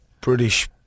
British